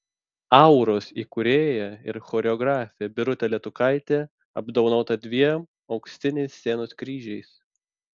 auros įkūrėja ir choreografė birutė letukaitė apdovanota dviem auksiniais scenos kryžiais